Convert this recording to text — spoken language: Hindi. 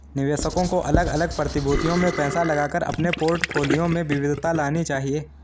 निवेशकों को अलग अलग प्रतिभूतियों में पैसा लगाकर अपने पोर्टफोलियो में विविधता लानी चाहिए